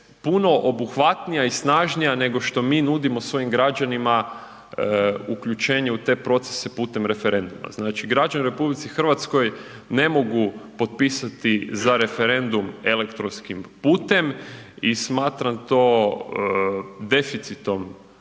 puno obuhvatnija i snažnija nego što mi nudimo svojim građanima, uključenje u te procese putem referenduma. Znači građani u RH ne mogu potpisati za referendum elektronskim putem i smatram to deficitom